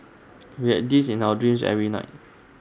we had this in our dreams every night